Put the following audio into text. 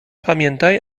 pamiętaj